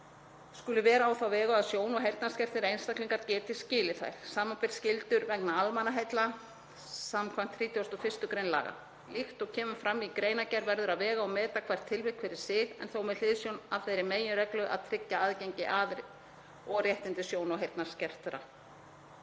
skuli vera á þá vegu að sjón- og heyrnarskertir einstaklingar geti skilið þær, samanber skyldur vegna almannaheilla skv. 31. gr. laga. Líkt og kemur fram í greinargerð verður að vega og meta hvert tilvik fyrir sig en þó með hliðsjón af þeirri meginreglu að tryggja aðgengi og réttindi sjón- og heyrnarskertra.